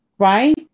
Right